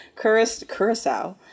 Curacao